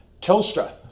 Telstra